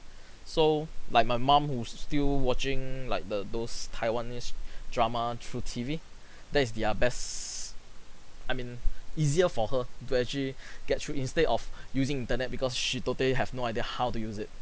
so like my mum who's still watching like the those taiwanese drama through T_V that is their best I mean easier for her to actually get through instead of using internet because she totally have no idea how to use it